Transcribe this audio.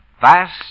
Fast